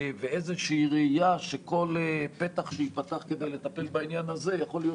ואיזו שהיא ראייה שכל פתח שייפתח כדי לטפל בעניין הזה יכול להיות